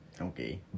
Okay